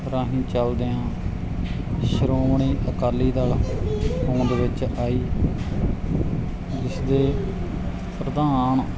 ਰਾਹੀਂ ਚਲਦਿਆਂ ਸ਼੍ਰੋਮਣੀ ਅਕਾਲੀ ਦਲ ਹੋਂਦ ਵਿੱਚ ਆਈ ਜਿਸਦੇ ਪ੍ਰਧਾਨ